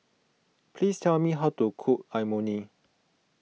please tell me how to cook Imoni